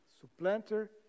supplanter